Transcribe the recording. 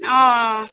ओ